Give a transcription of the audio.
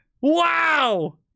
Wow